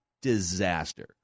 disaster